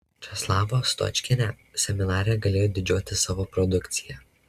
česlava stočkienė seminare galėjo didžiuotis savo produkcija